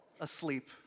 asleep